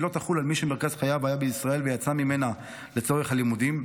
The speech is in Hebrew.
והיא לא תחול על מי שמרכז חייו היה בישראל ויצא ממנה לצורך הלימודים.